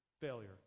failure